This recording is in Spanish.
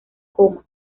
coma